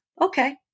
Okay